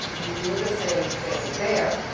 you do the same thing there.